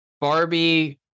Barbie